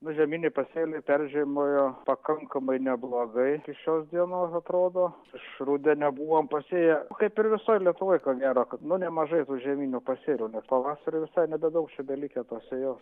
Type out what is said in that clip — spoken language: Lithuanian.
nu žieminiai pasėliai peržiemojo pakankamai neblogai iki šios dienos atrodo iš rudenio buvom pasėję kaip ir visoj lietuvoj ko gero kad nu nemažai tų žieminių pasėlių nu ir pavasarį visai nebedaug čia belikę tos sėjos